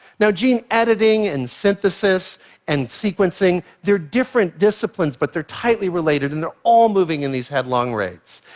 now, gene editing and synthesis and sequencing, they're different disciplines, but they're tightly related. and they're all moving in these headlong rates.